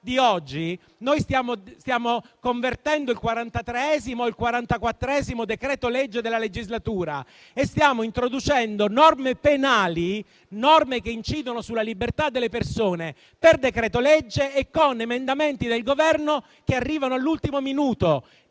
di oggi. Stiamo convertendo il quarantatreesimo (o quarantaquattresimo) decreto-legge della legislatura e stiamo introducendo norme penali, che incidono sulla libertà delle persone, per decreto-legge e con emendamenti del Governo che arrivano all'ultimo minuto.